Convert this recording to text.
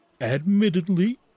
Admittedly